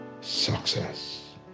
success